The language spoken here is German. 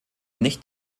nicht